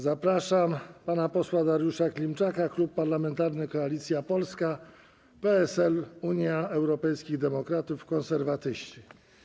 Zapraszam pana posła Dariusza Klimczaka, Klub Parlamentarny Koalicja Polska - PSL, Unia Europejskich Demokratów, Konserwatyści.